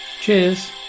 Cheers